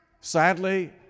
Sadly